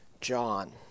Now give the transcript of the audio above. John